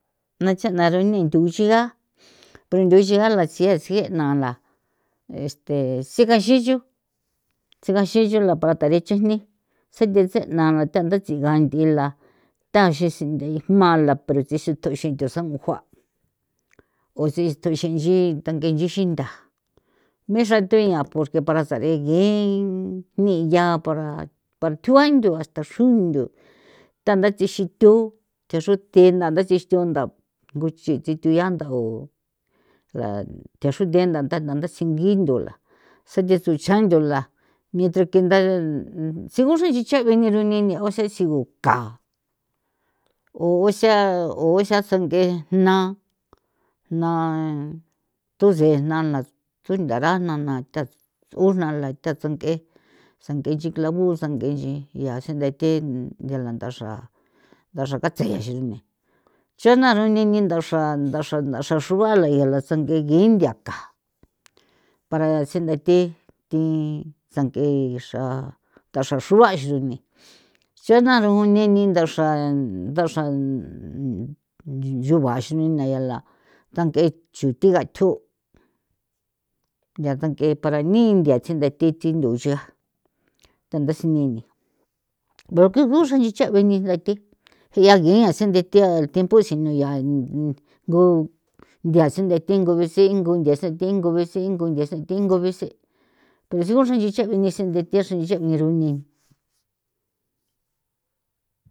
Na chana rune thu uchiga pero nthu uchiga la tsi'e tsi'e na la este tsigan tsichu tsigan tsichu para la thari chujni tse thetse'na na ntha chigan nthila tha xi sinthi jmala pero thi sithuxin thu sangu jua o sithu xinchi thange inchi xintha me xra thu'ia porque para sarigi jni ya para tjua nthu hasta xronthu thanda thi xi thu thexruthe nda nthatsji'on ntha guchi ntsithu ianda o thaxrethu nda thana nda thasingii nthola sathe tsjo chaa nchola mientra que ntha tsi u xraa ncheche be'e ne ro nene o setsigo ka o xa o xa tsange na those'e nala thontha rajna na tha unala tha sange sange inchi clavo sange inchi ya sinthate ya la ndaxra katse ya xi chanaa rune ni ndaxra xruala yala sang'e genthia tha para sindathe thi sankee xra ndaxra xrua xro jni chana ro uneni ndaxra nchugua ni na yala thanke xuthi gatho ya thanke para ni nthia tsunde'e thi chijno uchia thanda sineni pero que guxri xechian benina nthi jia gia sinthe thi tiempo xi ngu nthia sinthe go nthia sinthe thingo singo nthia sathingo besingo nthia sithingo bese que si uxra ncheche gunixi nthi thi xrinchi niru ni.